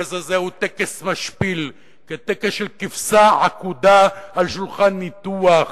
הטקס הזה הוא טקס משפיל כטקס של כבשה עקודה על שולחן ניתוח.